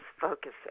focusing